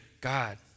God